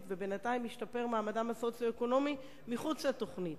ובינתיים השתפר מעמדם הסוציו-אקונומי מחוץ לתוכנית,